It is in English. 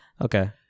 Okay